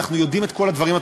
הבית שלך בנוי כחוק,